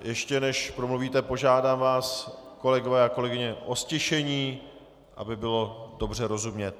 Ještě než promluvíte, požádám vás, kolegové a kolegyně, o ztišení, aby bylo dobře rozumět.